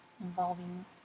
involving